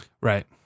Right